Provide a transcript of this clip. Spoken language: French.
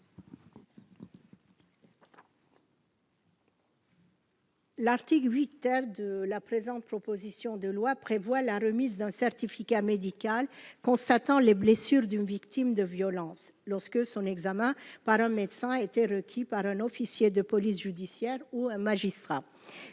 L'article 8 de la présente proposition de loi prévoit la remise d'un certificat médical constatant les blessures d'une victime de violences, lorsque son examen par un médecin a été requis par un officier de police judiciaire où un magistrat,